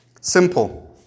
Simple